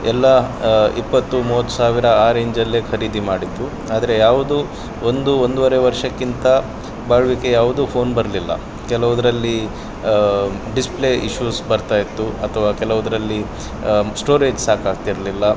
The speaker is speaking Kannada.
ಎಲ್ಲ ಇಪ್ಪತ್ತು ಮೂವತ್ತು ಸಾವಿರ ಆ ರೇಂಜಲ್ಲೇ ಖರೀದಿ ಮಾಡಿದ್ದು ಆದರೆ ಯಾವುದು ಒಂದು ಒಂದುವರೆ ವರ್ಷಕ್ಕಿಂತ ಬಾಳ್ವಿಕೆ ಯಾವುದು ಫೋನ್ ಬರಲಿಲ್ಲ ಕೆಲವುದರಲ್ಲಿ ಡಿಸ್ಪ್ಲೇ ಇಷ್ಯೂಸ್ ಬರ್ತಾಯಿತ್ತು ಅಥವಾ ಕೆಲವರಲ್ಲಿ ಸ್ಟೋರೇಜ್ ಸಾಕಾಗ್ತಿರಲಿಲ್ಲ